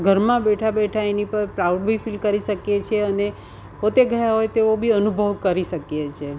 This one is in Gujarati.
ઘરમાં બેઠા બેઠા એની પર પ્રાઉડલી ફીલ કરી શકીએ છે અને પોતે ગયા હોય તેવો બી અનુભવ કરી શકીએ છે